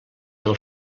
del